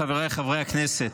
חבריי חברי הכנסת,